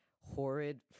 horrid